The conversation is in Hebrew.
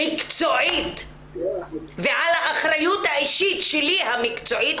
אני אומרת לך באחריות האישית המקצועית שלי,